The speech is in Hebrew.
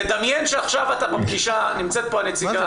תדמיין שעכשיו אה בפגישה נמצאת פה הנציגה,